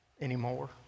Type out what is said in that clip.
anymore